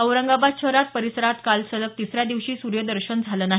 औरंगाबाद शहरासह परिसरात काल सलग तिसऱ्या दिवशी सूर्यदर्शन झालं नाही